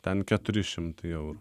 ten keturi šimtai eurų